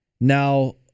Now